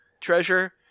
treasure